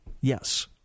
Yes